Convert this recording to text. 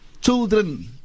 children